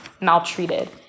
maltreated